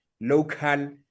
local